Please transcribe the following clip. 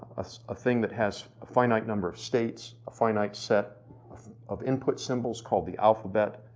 ah thing that has a finite number of states, a finite set of input symbols called the alphabet,